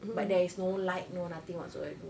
but there is no light no nothing whatsoever